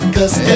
Cause